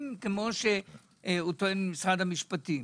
אם כפי שטוען במשרד המפשטים